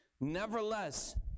Nevertheless